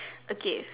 okay